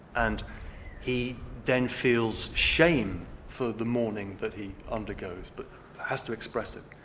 and he then feels shame for the mourning that he undergoes, but has to express it.